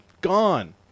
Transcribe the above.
gone